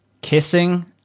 Kissing